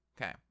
Okay